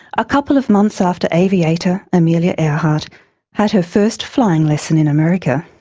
a couple of months after aviator amelia earhart had her first flying lesson in america,